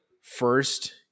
first